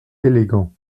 élégant